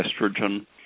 estrogen